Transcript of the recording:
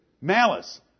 Malice